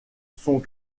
sont